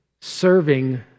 serving